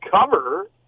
cover